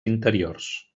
interiors